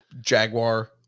Jaguar